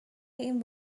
این